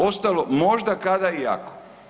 Ostalo možda, kada i ako.